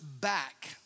back